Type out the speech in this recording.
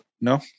No